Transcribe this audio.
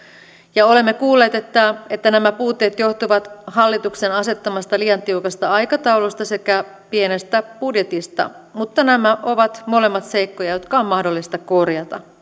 ja olemme kuulleet että nämä puutteet johtuvat hallituksen asettamasta liian tiukasta aikataulusta sekä pienestä budjetista mutta nämä ovat molemmat seikkoja jotka on mahdollista korjata